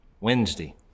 Wednesday